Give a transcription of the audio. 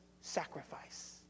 sacrifice